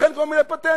לכן כל מיני פטנטים.